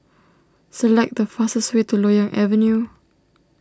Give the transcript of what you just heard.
select the fastest way to Loyang Avenue